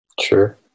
Sure